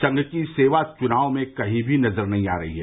संघ की सेवा चुनाव में कहीं भी नजर नही आ रहे हैं